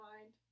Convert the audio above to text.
mind